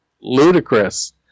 ludicrous